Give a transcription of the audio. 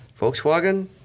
Volkswagen